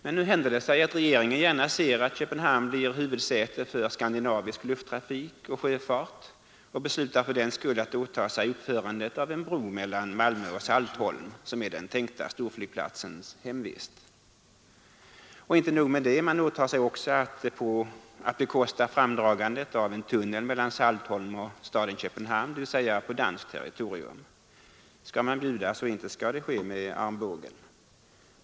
Men nu händer det sig att regeringen gärna ser ati Köpenhamn blir huvudsäte för skandinavisk lufttrafik och sjöfart, och regeringen beslutar fördenskull att åta sig uppförandet av en bro mellan Malmö och Saltholm, som är den tänkta storflygplatsens hemvist. Och inte nog med det; man åtar sig också att bekosta framdragandet av en tunnel mellan Saltholm och staden Köpenhamn, dvs. på danskt territorium! Skall man bjuda, så inte skall det ske med armbågen!